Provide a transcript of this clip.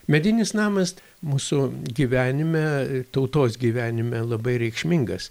medinis namas mūsų gyvenime tautos gyvenime labai reikšmingas